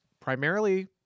primarily